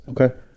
Okay